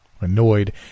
Annoyed